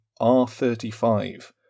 R35